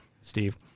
steve